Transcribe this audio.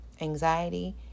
anxiety